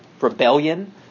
rebellion